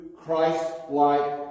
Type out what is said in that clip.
Christ-like